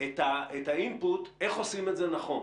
את האינפוט איך עושים את זה נכון.